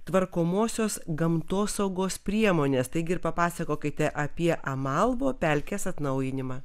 tvarkomosios gamtosaugos priemonės taigi ir papasakokite apie amalvo pelkės atnaujinimą